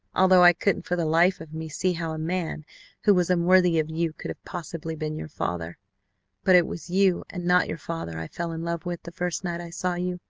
although i couldn't for the life of me see how a man who was unworthy of you could have possibly been your father but it was you, and not your father, i fell in love with the first night i saw you.